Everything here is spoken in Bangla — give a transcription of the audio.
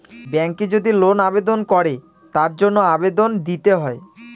ব্যাঙ্কে যদি লোন আবেদন করে তার জন্য আবেদন দিতে হয়